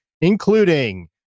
including